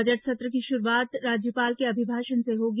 budget सत्र की शुरूआत राज्यपाल के अभिभाषण से होगी